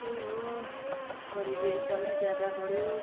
त्यही हो गरिबी एकदमै ज्यादा बढ्यो